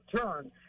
turn